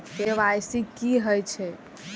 KYC की हे छे?